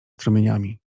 strumieniami